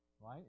Right